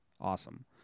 Awesome